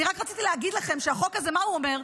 אני רק רציתי להגיד לכם שהחוק הזה, מה הוא אומר?